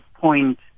point